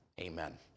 Amen